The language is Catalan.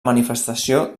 manifestació